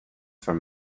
from